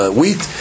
wheat